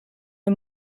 wir